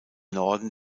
norden